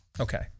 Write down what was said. okay